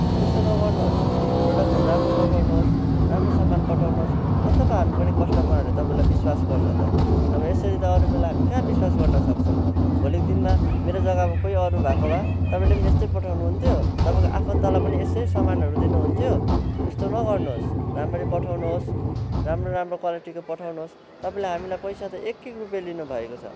त्यस्तो नगर्नुहोस् प्रोडक्टहरू राम्रो पठाउनुहोस् राम्रो सामान पठाउनुहोस् अन्त पो हामी पनि कस्टमरहरूले तपाईँलाई विश्वास गर्छ त अब यसरी त अरूबेला हामी कहाँ विश्वास गर्न सक्छौँ भोलिको दिनमा मेरो जग्गामा कोही अरू भएको भए तपाईँले नि यस्तो पठाउनुहुन्थ्यो तपाईँको आफन्तलाई पनि यस्तै सामानहरू दिनुहुन्थ्यो यस्तो नगर्नुहोस् राम्ररी पठाउनुहोस् राम्रो राम्रो क्वालिटीको पठाउनुहोस् तपाईँले हामीलाई पैसा त एक एक रुपियाँ लिनुभएको छ